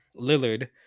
Lillard